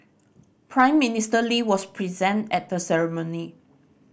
Prime Minister Lee was present at the ceremony